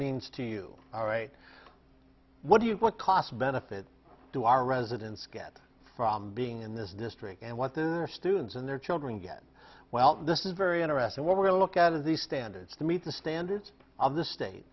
means to you all right what do you what cost benefit to our residents get from being in this district and what the students and their children get well this is very interesting what we look at are these standards to meet the standards of the state